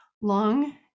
long